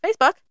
Facebook